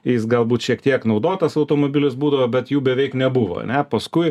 jis galbūt šiek tiek naudotas automobilis būdavo bet jų beveik nebuvo ar ne paskui